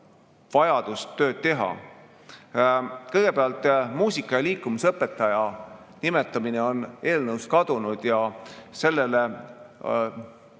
vaja tööd teha. Kõigepealt, muusika- ja liikumisõpetaja nimetamine on eelnõust kadunud. Sellele